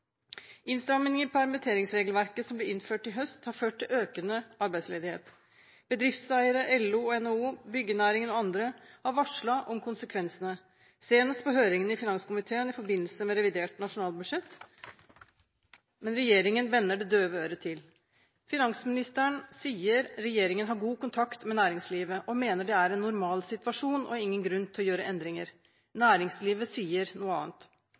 i permitteringsregelverket som ble innført i høst, har ført til økende arbeidsledighet. Bedriftseiere, LO og NHO, byggenæringen og andre har varslet om konsekvensene, senest på høringen i finanskomiteen i forbindelse med revidert nasjonalbudsjett. Men regjeringen vender det døve øret til. Finansministeren sier regjeringen har god kontakt med næringslivet, og mener det er en normal situasjon og ingen grunn til å gjøre endringer. Næringslivet sier noe annet.